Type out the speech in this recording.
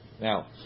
Now